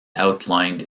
outlined